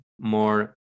more